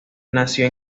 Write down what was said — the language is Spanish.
nació